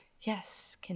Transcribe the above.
Yes